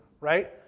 right